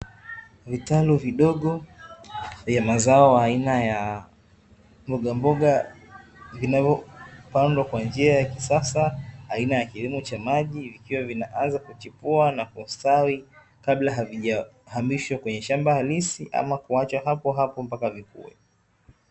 Vitalu vidogo vya mazao aina ya mbogamboga inayopandwa kwa njia ya kisasa, aina ya kilimo cha maji vikiwa vinaanza kuchipua na kustawi kabla havijaamishwa kwenye shamba halisi ama kuachwa hapo hapo mpaka vikue.